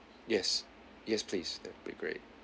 yes yes please that'll be great